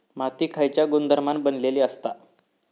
माती खयच्या गुणधर्मान बनलेली असता?